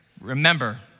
Remember